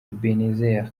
ebenezer